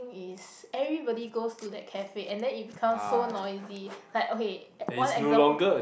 is everybody goes to that cafe and that it becomes so noisy like okay one example